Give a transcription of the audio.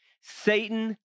Satan